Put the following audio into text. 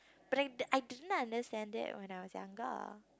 but I di~ I didn't understand it when I was younger